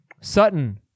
Sutton